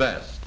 best